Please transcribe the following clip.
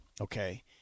okay